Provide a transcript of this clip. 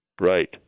Right